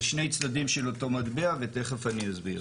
זה שני צדדים של אותו מטבע ותכף אני אסביר.